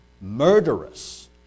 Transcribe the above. murderous